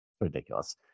Ridiculous